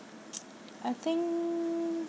I think